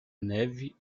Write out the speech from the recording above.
neve